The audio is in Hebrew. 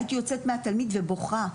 הייתי יוצאת מהתלמיד ובוכה.